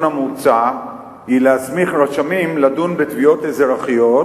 המוצע היא להסמיך רשמים לדון בתביעות אזרחיות,